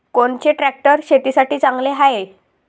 कोनचे ट्रॅक्टर शेतीसाठी चांगले हाये?